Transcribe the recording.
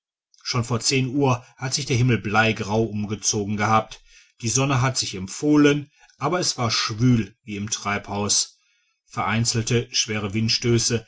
schon vor zehn uhr hat sich der himmel bleigrau umzogen gehabt die sonne hat sich empfohlen aber es war schwül wie im treibhaus vereinzelte schwere windstöße